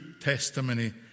testimony